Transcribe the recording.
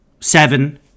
Seven